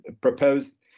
proposed